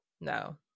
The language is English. No